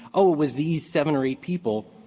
oh, it was these seven or eight people,